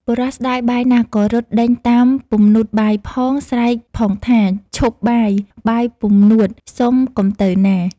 បុរសស្តាយបាយណាស់ ក៏រត់ដេញតាមពំនូតបាយផង ស្រែកផងថា ឈប់បាយ បាយពំនួត សុំកុំទៅណា ។